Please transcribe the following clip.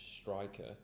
striker